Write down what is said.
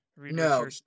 No